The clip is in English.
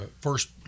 first